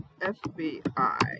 FBI